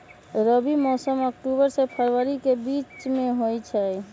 रबी मौसम अक्टूबर से फ़रवरी के बीच में होई छई